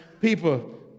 people